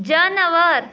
جاناوار